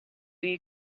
you